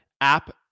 app